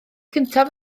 cyntaf